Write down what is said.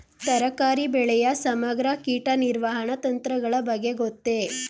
ತರಕಾರಿ ಬೆಳೆಯ ಸಮಗ್ರ ಕೀಟ ನಿರ್ವಹಣಾ ತಂತ್ರಗಳ ಬಗ್ಗೆ ಗೊತ್ತೇ?